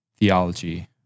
theology